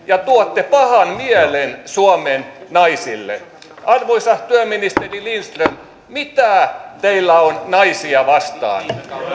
ja tuotte pahan mielen suomen naisille arvoisa työministeri lindström mitä teillä on naisia vastaan